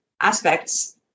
aspects